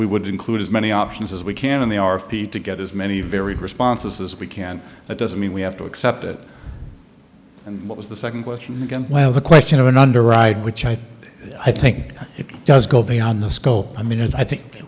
we would include as many options as we can and they are of p to get as many varied responses as we can that doesn't mean we have to accept it and what was the second question again well the question of an underwriter which i i think it does go beyond the scope i mean it i think